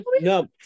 no